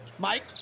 Mike